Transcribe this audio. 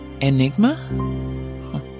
Enigma